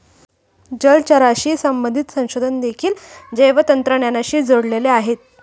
जलचराशी संबंधित संशोधन देखील जैवतंत्रज्ञानाशी जोडलेले आहे